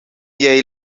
jij